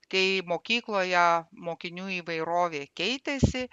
kai mokykloje mokinių įvairovė keitėsi